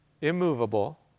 immovable